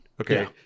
Okay